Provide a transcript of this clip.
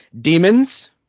Demons